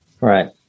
right